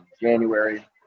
January